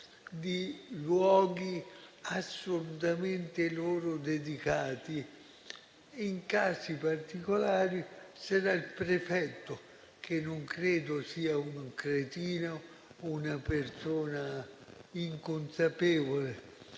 di luoghi assolutamente loro dedicati. In casi particolari, sarà il prefetto, che non credo sia un cretino, ma persona incapace